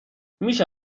میشه